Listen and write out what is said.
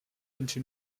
into